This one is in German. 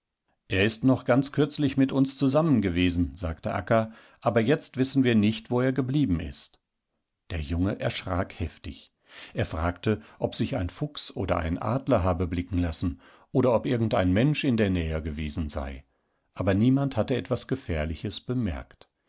er ist noch ganz kürzlich mit uns zusammen gewesen sagte akka aber jetzt wissen wir nicht wo er gebliebenist der junge erschrak heftig er fragte ob sich ein fuchs oder ein adler habe blicken lassen oder ob irgendein mensch in der nähe gewesen sei aber niemand hatte etwas gefährliches bemerkt